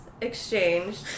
Exchanged